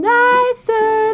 nicer